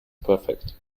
perfect